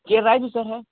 ये राइस है